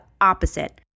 opposite